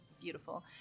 beautiful